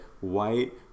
white